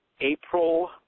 April